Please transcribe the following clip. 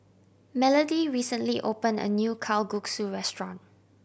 Melody recently opened a new Kalguksu restaurant